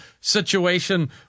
situation